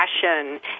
passion